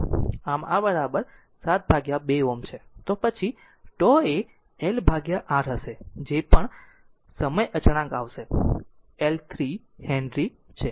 આમ આ બરાબર 7 ભાગ્યા 2 Ω છે તો પછી τ એ l R હશે જે પણ સમય અચળાંક આવશે L 3 હેનરી છે